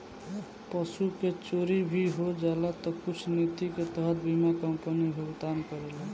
पशु के चोरी भी हो जाला तऽ कुछ निति के तहत बीमा कंपनी भुगतान करेला